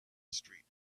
street